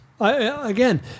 Again